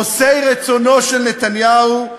עושי רצונו של נתניהו.